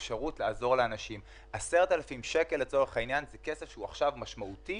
10,000 שקל זה כסף שהוא משמעותי